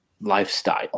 lifestyle